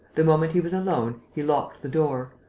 the moment he was alone, he locked the door,